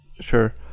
Sure